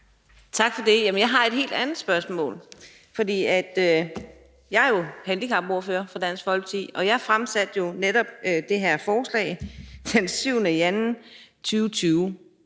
Tak for det. Jeg har et helt andet spørgsmål. Jeg er jo handicapordfører for Dansk Folkeparti, og jeg fremsatte netop det her forslag den 7. februar 2020,